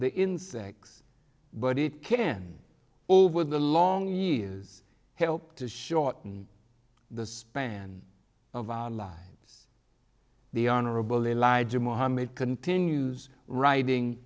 the insects but it can over the long years help to shorten the span of our lives the honorable elijah mohammed continues writing